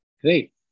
Great